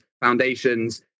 foundations